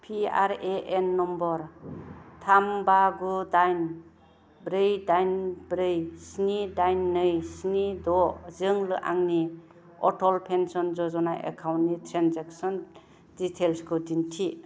P R A N number थाम बा गु दाइन ब्रै दाइन ब्रै स्नि दाइन नै स्नि द' जों आंनि अटल पेन्सन य'जना एकाउन्टनि ट्रेनजेक्सन डिटेइल्सखौ दिन्थि